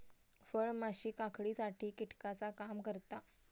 फळमाशी काकडीसाठी कीटकाचा काम करता